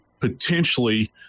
potentially